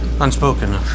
unspoken